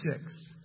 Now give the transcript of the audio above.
six